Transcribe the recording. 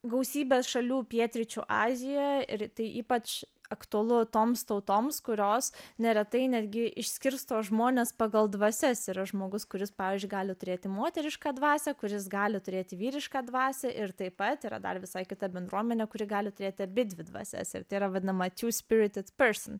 gausybės šalių pietryčių azijoje ir tai ypač aktualu toms tautoms kurios neretai netgi išskirsto žmones pagal dvasias yra žmogus kuris pavyzdžiui gali turėti moterišką dvasią kuris gali turėti vyrišką dvasią ir taip pat yra dar visai kita bendruomenė kuri gali turėti abidvi dvasias ir tai yra vadinama too spirited person